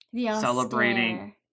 celebrating